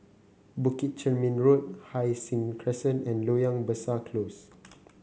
Bukit Chermin Road Hai Sing Crescent and Loyang Besar Close